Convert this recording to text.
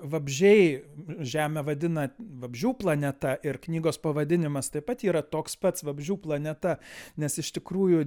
vabzdžiai žemę vadina vabzdžių planeta ir knygos pavadinimas taip pat yra toks pats vabzdžių planeta nes iš tikrųjų